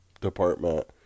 department